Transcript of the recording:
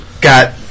got